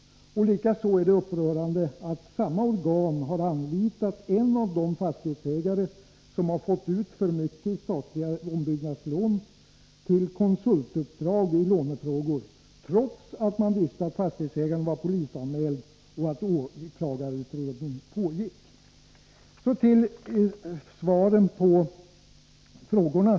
Likaså är det upprörande att samma organ har anlitat en av de fastighetsägare som har fått ut för mycket i statliga ombyggnadslån för konsultuppdrag i lånefrågor, trots att man visste att fastighetsägaren var polisanmäld och att åklagarutredning pågick. Så till svaren på frågorna.